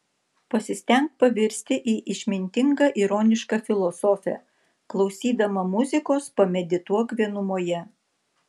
pasistenk pavirsti į išmintingą ironišką filosofę klausydama muzikos pamedituok vienumoje